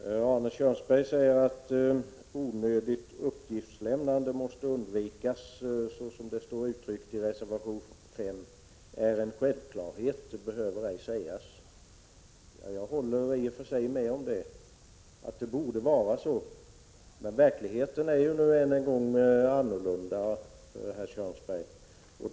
Fru talman! Arne Kjörnsberg säger att det förhållandet att onödigt uppgiftslämnande måste undvikas, såsom framhålls i reservation 5, är en självklarhet som inte behöver påpekas. Jag håller med om att det borde vara så, men verkligheten är annorlunda, herr Kjörnsberg.